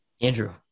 Andrew